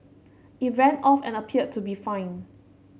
it ran off and appeared to be fine